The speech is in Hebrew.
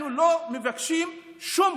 אנחנו לא מבקשים שום